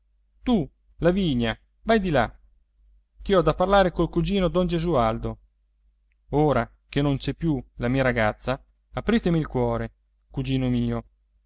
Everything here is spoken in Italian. infine tu lavinia vai di là chè ho da parlare col cugino don gesualdo ora che non c'è più la mia ragazza apritemi il cuore cugino mio